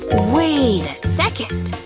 wait a second,